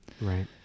Right